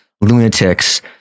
lunatics